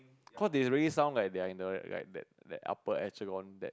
cause they really sound like they're in the like that that upper etch that